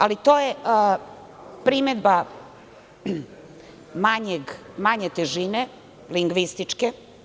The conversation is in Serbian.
Ali, to je primedba manje težine, lingvističke.